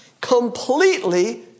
completely